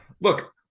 Look